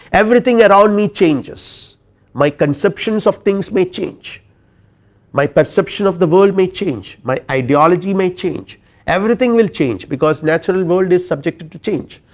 everything around me changes my conceptions of things may change my perception of the world may change, my ideology, may change everything will change, because natural world is subjected to change,